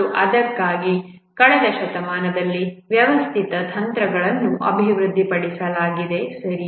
ಮತ್ತು ಅದಕ್ಕಾಗಿ ಕಳೆದ ಶತಮಾನದಲ್ಲಿ ವ್ಯವಸ್ಥಿತ ತಂತ್ರಗಳನ್ನು ಅಭಿವೃದ್ಧಿಪಡಿಸಲಾಗಿದೆ ಸರಿ